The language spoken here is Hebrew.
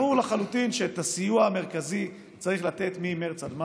ברור לחלוטין שאת הסיוע המרכזי צריך לתת ממרץ עד מאי.